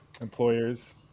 employers